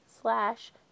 slash